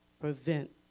prevent